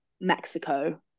Mexico